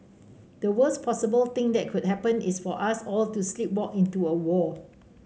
the worst possible thing that could happen is for us all to sleepwalk into a war